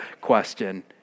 question